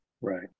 Right